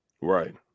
Right